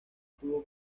tuvo